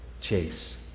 chase